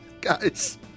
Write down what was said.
Guys